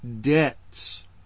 debts